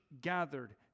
gathered